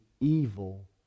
evil